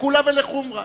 לקולא ולחומרא.